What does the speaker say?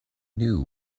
knew